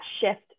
shift